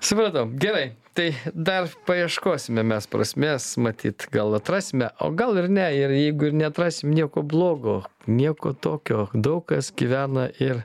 supratau gerai tai dar paieškosime mes prasmės matyt gal atrasime o gal ir ne ir jeigu ir neatrasim nieko blogo nieko tokio daug kas gyvena ir